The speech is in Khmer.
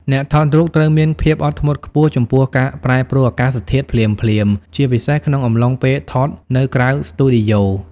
អ្នកថតរូបត្រូវមានភាពអត់ធ្មត់ខ្ពស់ចំពោះការប្រែប្រួលអាកាសធាតុភ្លាមៗ ជាពិសេសក្នុងអំឡុងពេលថតនៅក្រៅស្ទូឌីយ៉ូ។